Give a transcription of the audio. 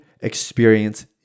experience